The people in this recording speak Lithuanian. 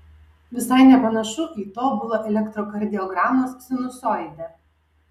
visai nepanašu į tobulą elektrokardiogramos sinusoidę